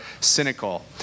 cynical